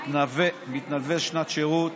מתנדבי שנת שירות,